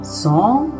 song